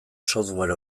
software